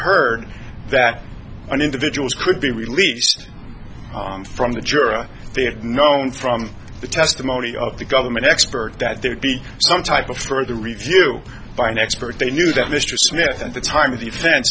heard that an individuals could be released from the juror they had known from the testimony of the government expert that there be some type of further review by an expert they knew that mr smith at the time